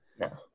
No